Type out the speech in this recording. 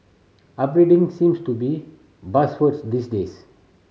upgrading seems to be buzzword these days